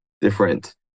different